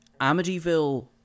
Amityville